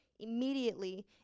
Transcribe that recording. Immediately